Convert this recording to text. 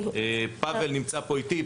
פבל נמצא פה איתי.